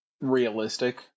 realistic